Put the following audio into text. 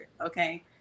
okay